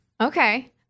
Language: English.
Okay